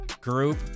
group